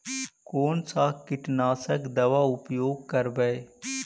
कोन सा कीटनाशक दवा उपयोग करबय?